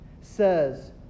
says